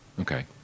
Okay